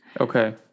Okay